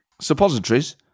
Suppositories